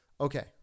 okay